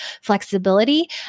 flexibility